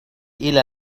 إلى